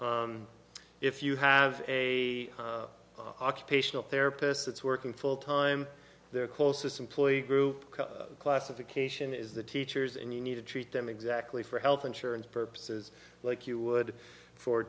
example if you have a occupational therapist that's working full time their closest employee group classification is the teachers and you need to treat them exactly for health insurance purposes like you would for